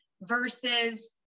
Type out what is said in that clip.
versus